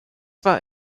war